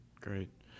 Great